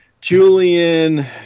Julian